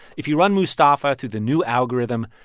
if you run mustafa through the new algorithm,